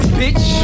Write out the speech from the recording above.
bitch